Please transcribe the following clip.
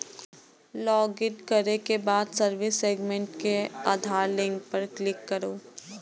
login करै के बाद सर्विस सेगमेंट मे आधार लिंक पर क्लिक करू